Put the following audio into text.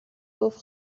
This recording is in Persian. گفت